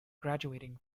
graduating